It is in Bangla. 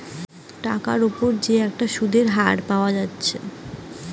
টাকার উপর যে একটা সুধের হার পাওয়া যায়েটে